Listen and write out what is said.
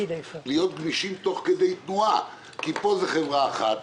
להיות גמישים תוך כדי תנועה כי פה זו חברה אחת,